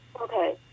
Okay